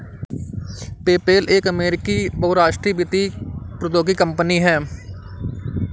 PayPal एक अमेरिकी बहुराष्ट्रीय वित्तीय प्रौद्योगिकी कंपनी है